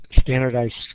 standardized